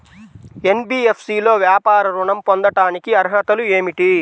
NBFC లో వ్యాపార ఋణం పొందటానికి అర్హతలు ఏమిటీ?